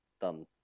done